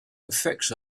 effects